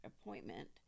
appointment